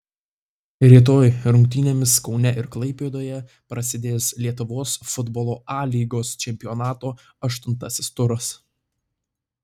rytoj rungtynėmis kaune ir klaipėdoje prasidės lietuvos futbolo a lygos čempionato aštuntasis turas